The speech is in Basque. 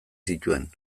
zituen